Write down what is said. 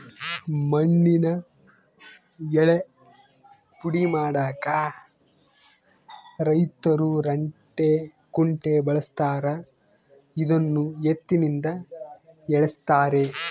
ಮಣ್ಣಿನ ಯಳ್ಳೇ ಪುಡಿ ಮಾಡಾಕ ರೈತರು ರಂಟೆ ಕುಂಟೆ ಬಳಸ್ತಾರ ಇದನ್ನು ಎತ್ತಿನಿಂದ ಎಳೆಸ್ತಾರೆ